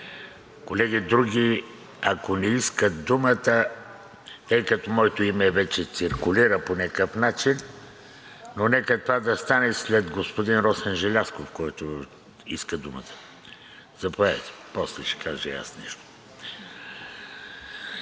Колеги, други, ако не искат думата, тъй като моето име вече циркулира по някакъв начин, но нека това да стане след господин Росен Желязков, който иска думата – заповядайте. После ще кажа и